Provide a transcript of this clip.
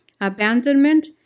Abandonment